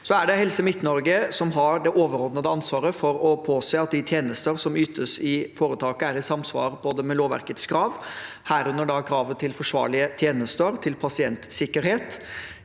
Det er Helse Midt-Norge som har det overordnede ansvaret for å påse at de tjenester som ytes i foretaket, er i samsvar med lovverkets krav, herunder kravet til forsvarlige tjenester og til pasientsikkerhet.